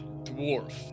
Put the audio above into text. Dwarf